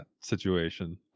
situation